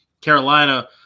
Carolina